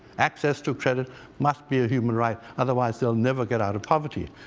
access to credit must be a human right. otherwise, they'll never get out of poverty.